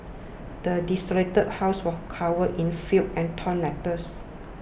the desolated house was covered in filth and torn letters